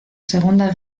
segunda